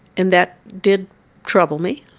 and that did trouble me.